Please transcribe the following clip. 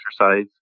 Exercise